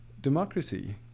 democracy